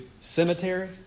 cemetery